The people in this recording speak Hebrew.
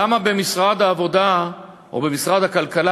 למה במשרד העבודה או במשרד הכלכלה,